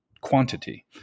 quantity